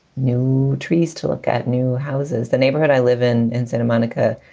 new trees to look at, new houses. the neighborhood i live in, in santa monica.